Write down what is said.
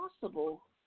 possible